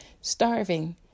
starving